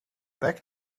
back